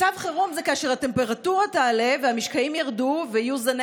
מצב חירום זה כאשר הטמפרטורה תעלה והמשקעים ירדו ויהיו זני